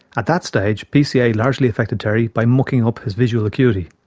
at that stage, pca largely affected terry by mucking up his visual acuity.